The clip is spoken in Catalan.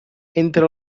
entre